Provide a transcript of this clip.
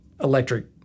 electric